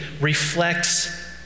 reflects